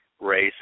race